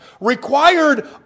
required